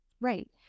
Right